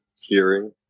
hearing